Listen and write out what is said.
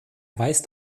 weist